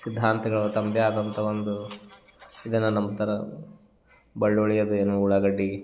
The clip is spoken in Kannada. ಸಿದ್ಧಾಂತಗಳು ತಮ್ಮದೇ ಆದಂಥ ಒಂದು ಇದನ್ನ ನಂಬ್ತಾರ ಬೆಳ್ಳುಳ್ಳಿ ಅದು ಏನು ಉಳ್ಳಾಗಡ್ಡಿ